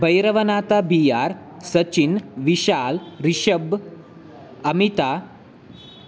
Bhairavnath B R Sachin Vishal Rishabh Amita